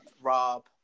Rob